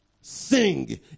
Sing